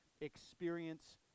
experience